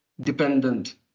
dependent